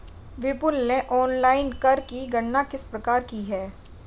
विपुल ने ऑनलाइन कर की गणना किस प्रकार की?